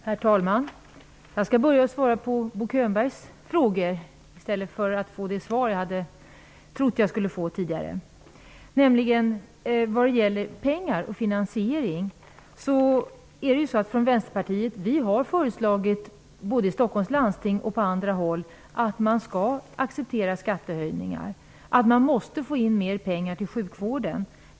Herr talman! Jag skall börja med att svara på Bo Könbergs frågor -- detta i stället för att få det svar som jag hade trott att jag skulle få. När det gäller pengar och finansiering har vi i Vänsterpartiet både i Stockholms läns landsting och på andra håll sagt att man skall acceptera skattehöjningar. Man måste få in mera pengar till sjukvården.